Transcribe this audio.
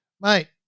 mate